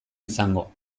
izango